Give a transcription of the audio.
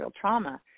trauma